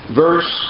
verse